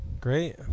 Great